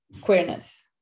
queerness